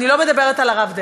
אני לא מדברת על הרב דרעי,